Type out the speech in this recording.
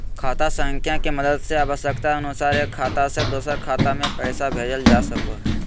खाता संख्या के मदद से आवश्यकता अनुसार एक खाता से दोसर खाता मे पैसा भेजल जा सको हय